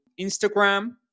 Instagram